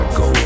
go